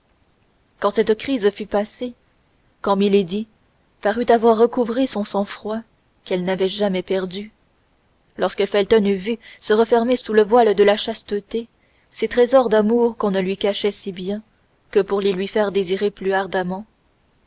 quand cette crise fut passée quand milady parut avoir recouvré son sang-froid qu'elle n'avait jamais perdu lorsque felton eut vu se refermer sous le voile de la chasteté ces trésors d'amour qu'on ne lui cachait si bien que pour les lui faire désirer plus ardemment